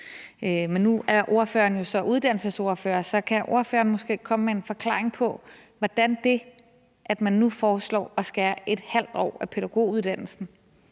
Men nu er ordføreren jo så uddannelsesordfører, og så kan ordføreren måske komme med en forklaring på, hvordan det, at man nu foreslår at skære ½ år af pædagoguddannelsen,